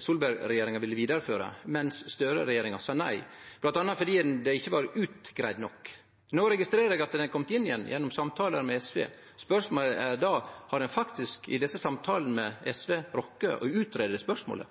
Solberg-regjeringa ville vidareføre, men Støre-regjeringa sa nei, bl.a. fordi det ikkje var utgreidd nok. No registrerer eg at ordninga har kome inn igjen etter samtalar med SV. Spørsmålet er då: Har ein faktisk i desse samtalane med SV rokke å utgreie spørsmålet?